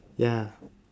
ya